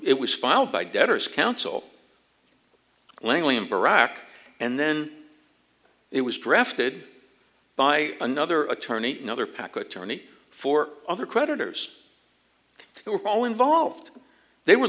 it was filed by debtors counsel langley and barack and then it was drafted by another attorney another pack attorney for other creditors who were all involved they were